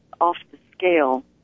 off-the-scale